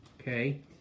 Okay